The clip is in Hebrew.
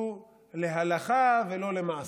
הוא להלכה ולא למעשה.